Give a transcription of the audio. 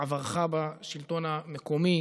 מעברך בשלטון המקומי.